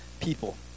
people